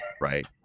right